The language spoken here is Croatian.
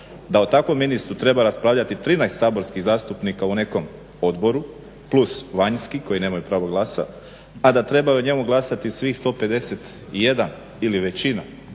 da o takvom ministru treba raspravljati 13 saborskih zastupnika u nekom odboru plus vanjski koji nemaju pravo glasa, a da trebaju o njemu glasati svih 151 ili većina